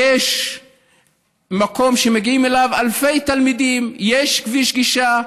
יש מקום שמגיעים אליו אלפי תלמידים, יש כביש גישה,